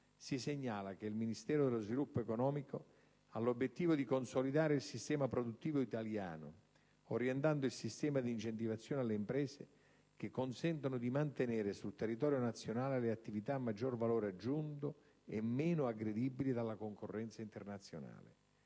Si segnala che il Ministero dello sviluppo economico ha l'obiettivo di consolidare il sistema produttivo italiano, orientando il sistema di incentivazione alle imprese che consentono di mantenere sul territorio nazionale le attività a maggior valore aggiunto e meno aggredibili dalla concorrenza internazionale.